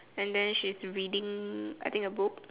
and then she's reading I think a book